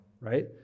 right